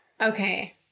Okay